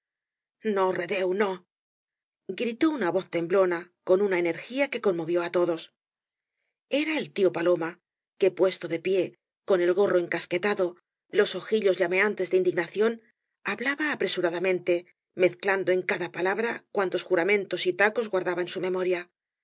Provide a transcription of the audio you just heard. no redeu no gritó una voz temblona con una energía que conmovió á todos era el tío paloma que puesto de píe con el gorro encasquetado los ojillos llameantes de índignación hablaba apresuradamente mezclando en cada palabra cuantos juramentos y tacos guardaba en su memoria